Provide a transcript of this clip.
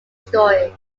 stories